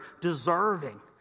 deserving